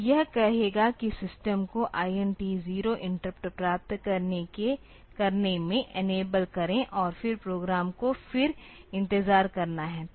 तो यह कहेगा कि सिस्टम को INT 0 इंटरप्ट प्राप्त करने में इनेबल करे और फिर प्रोग्राम को फिर इंतजार करना है